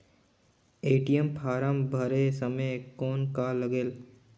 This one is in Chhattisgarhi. ए.टी.एम फारम भरे समय कौन का लगेल?